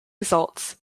results